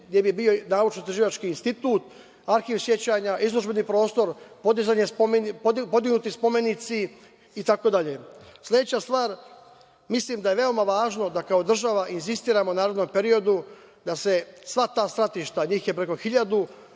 gde bi bio naučno-istraživački institut, arhiv sećanja, izložbeni prostor, podignuti spomenici, itd. Sledeća stvar, mislim da je veoma važno da kao država insistiramo u narednom periodu da se sva ta stratišta, njih je preko hiljadu,